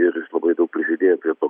ir jis labai daug prisidėjo prie to